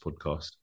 podcast